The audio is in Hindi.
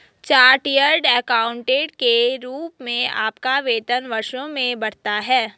चार्टर्ड एकाउंटेंट के रूप में आपका वेतन वर्षों में बढ़ता है